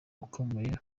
ukomeye